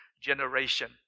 generation